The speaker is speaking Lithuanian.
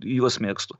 juos mėgstu